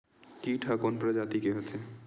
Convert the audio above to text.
कीट ह कोन प्रजाति के होथे?